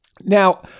Now